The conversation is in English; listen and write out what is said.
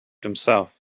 himself